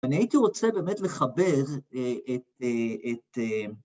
אני הייתי רוצה באמת לחבר את...